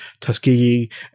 Tuskegee